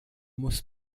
muss